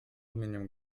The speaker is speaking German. aluminium